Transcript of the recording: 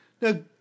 Now